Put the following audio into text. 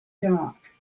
dark